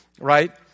right